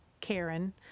Karen